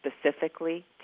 specifically